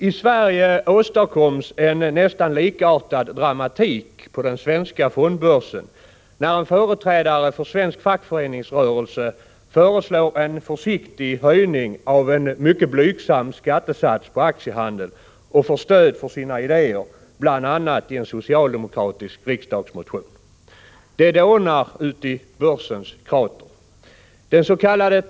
I Sverige åstadkoms en nästan likartad dramatik på den svenska fondbörsen när en företrädare för svensk fackföreningsrörelse föreslår en försiktig höjning av en redan mycket blygsam skattesats på aktiehandeln. Denna person får också stöd för sina idéer i bl.a. en socialdemokratisk riksdagsmotion. Det dånar uti börsens krater.